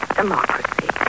democracy